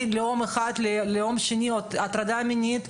לאום אחד את הלאום השני או הטרדה מינית,